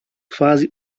quasi